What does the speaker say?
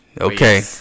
Okay